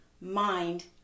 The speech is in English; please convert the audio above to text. mind